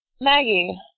Maggie